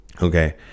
Okay